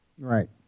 Right